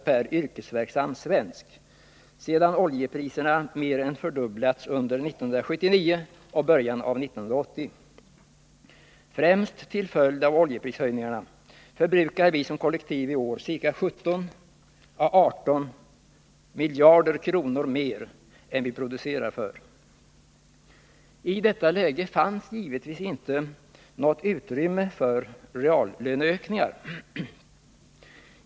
per yrkesverksam svensk — sedan oljepriserna mer än fördubblats under 1979 och i början av 1980. Främst till följd av oljeprishöjningarna förbrukar vi som kollektiv i år för 17 å 18 miljarder kronor mer än vi producerar. I detta läge fanns givetvis inte något utrymme för reallöneökningar.